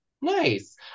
Nice